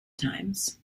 times